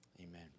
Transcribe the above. Amen